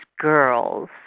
girls